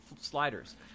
Sliders